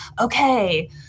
okay